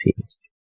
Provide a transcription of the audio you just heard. peace